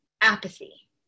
apathy